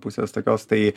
pusės tokios tai